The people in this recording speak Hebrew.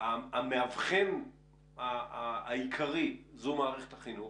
המאבחן העיקרי זו מערכת החינוך,